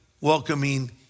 welcoming